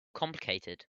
complicated